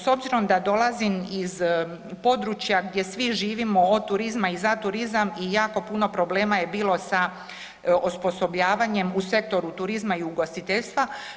S obzirom da dolazim iz područja gdje svi živimo od turizma i za turizam i jako puno problema je bilo sa osposobljavanjem u Sektoru turizma i ugostiteljstva.